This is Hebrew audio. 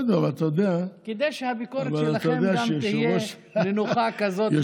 כדי שהביקורת שלכם גם תהיה נינוחה כזאת,